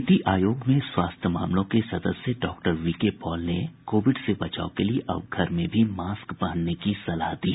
नीति आयोग में स्वास्थ्य मामलों के सदस्य डॉक्टर वीके पॉल ने कोविड से बचाव के लिए अब घर में भी मास्क पहनने की सलाह दी है